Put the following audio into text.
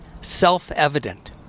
self-evident